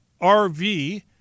RV